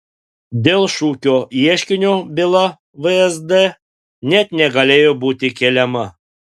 dėl šukio ieškinio byla vsd net negalėjo būti keliama